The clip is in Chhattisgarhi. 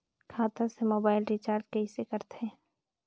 खाता से मोबाइल रिचार्ज कइसे करथे